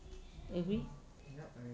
agree